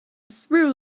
through